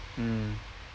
mm